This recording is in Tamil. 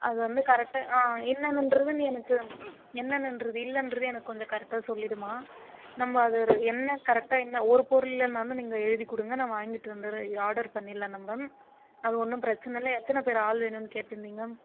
அது வந்து கரெக்டாக ஆ என்னென்னங்றது நீ எனக்கு என்னென்னங்றது இல்லைன்றது எனக்கு கொஞ்சம் கரெக்டாக சொல்லிவிடும்மா நம்ம அதை ஒரு என்ன கரெக்டாக என்ன ஒரு பொருள் இல்லைன்னாலும் நீங்கள் எழுதிக் கொடுங்க நான் வாங்கிட்டு வந்துடுறே ஆடர் பண்ணிடலாம் நம்ம அது ஒன்றும் பிரச்சனை இல்லை எத்தனை பேர் ஆள் வேணும்னு கேட்டிருந்தீங்க